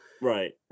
Right